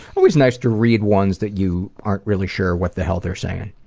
always nice to read ones that you aren't really sure what the hell they're saying.